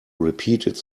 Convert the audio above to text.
repeated